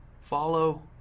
Follow